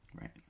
right